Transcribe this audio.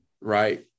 right